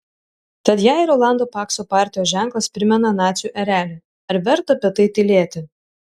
tad jei rolando pakso partijos ženklas primena nacių erelį ar verta apie tai tylėti